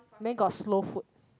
then got slow food